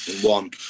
one